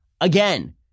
again